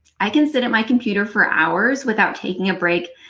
i can sit at my computer for hours without taking a break,